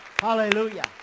hallelujah